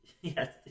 Yes